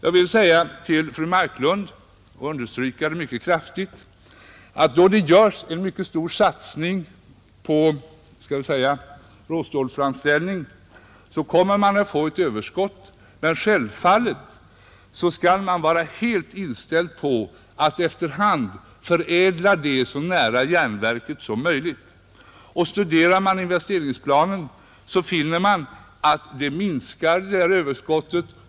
Som ett svar till fru Marklund vill jag framhålla, att eftersom man gör en mycket stor satsning på råstålsframställning så får man ett överskott, men självfallet skall man vara inställd på att efter hand förädla det stålet så nära järnverket som möjligt. Om man studerar investeringsplanen finner man också att överskottet inte är konstant.